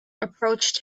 approached